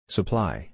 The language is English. Supply